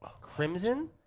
Crimson